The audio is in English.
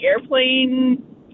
airplane